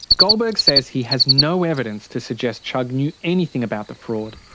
goldberg says he has no evidence to suggest chugg knew anything about the fraud,